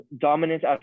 dominant